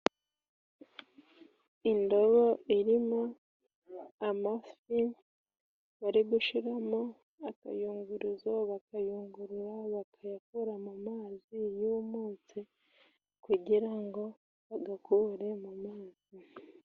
Indobo iri mo amafi bari gushira mo akayunguruzo bakayungurura, bakayakura mu mazi yumutse kugira ngo bagakure mu mazi.